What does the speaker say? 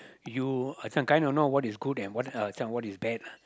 you as in I kind of know what is good and what uh this one what is bad lah